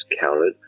counted